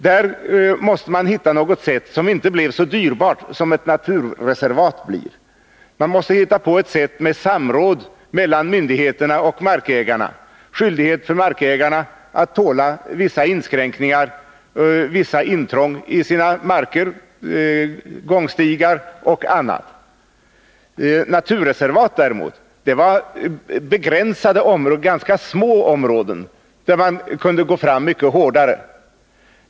Där måste man hitta något sätt som inte blev så dyrt som ett naturreservat blir, med samråd mellan myndigheter och markägare och skyldighet för markägarna att tåla visst intrång i sina marker, gångstigar och annat. Ett naturreservat var däremot ett ganska litet område där man kunde gå fram mycket hårdare.